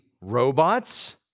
robots